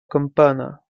campana